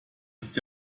ist